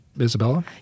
Isabella